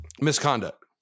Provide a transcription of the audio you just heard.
Misconduct